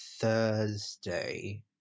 Thursday